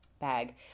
bag